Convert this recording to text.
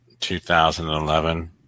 2011